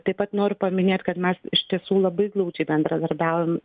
taip pat noriu paminėt kad mes iš tiesų labai glaudžiai bendradarbiaujam